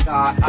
God